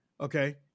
Okay